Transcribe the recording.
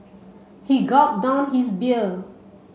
he gulped down his beer